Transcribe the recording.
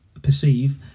perceive